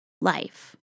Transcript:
life